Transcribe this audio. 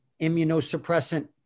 immunosuppressant